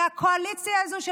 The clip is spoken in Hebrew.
והקואליציה הזאת,